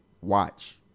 watch